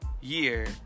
year